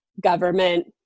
government